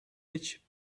which